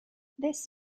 this